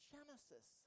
Genesis